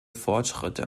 fortschritte